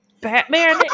Batman